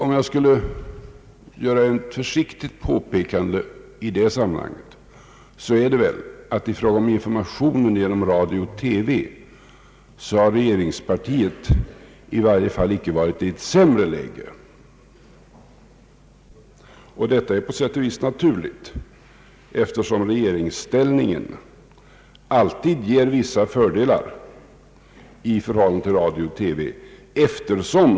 Om jag skall göra ett försiktigt påpekande i det sammanhanget vill jag säga att regeringspartiet i fråga om informationen genom radio och TV i varje fall icke varit i ett sämre läge. Detta är på sätt och vis naturligt, eftersom regeringsställningen alltid ger vissa fördelar när det gäller sådan information.